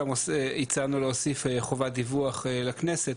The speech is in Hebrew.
גם הצענו להוסיף חובת דיווח לכנסת,